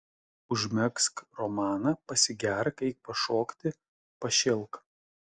užmegzk romaną pasigerk eik pašokti pašėlk